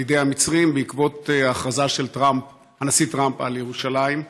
ידי המצרים בעקבות ההכרזה של הנשיא טראמפ על ירושלים.